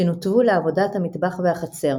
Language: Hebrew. שנותבו לעבודות המטבח והחצר.